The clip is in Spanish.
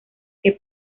que